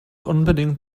unbedingt